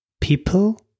people